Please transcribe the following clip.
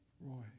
Roy